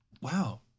Wow